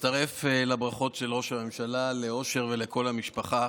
מצטרף לברכות של ראש הממשלה לאושר ולכל המשפחה.